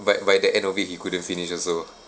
but by the end of it you couldn't finish also